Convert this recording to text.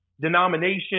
denomination